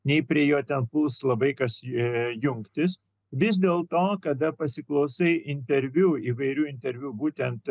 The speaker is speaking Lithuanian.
nei prie jo ten bus labai kas jungtis vis dėl to kada pasiklausai interviu įvairių interviu būtent